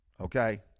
Okay